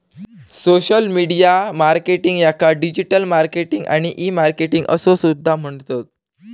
social media marketing याका digital marketing आणि e marketing असो सुद्धा म्हणतत